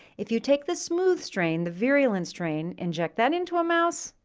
if you take the smooth strain, the virulent strain, inject that into a mouse,